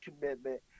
commitment